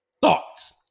thoughts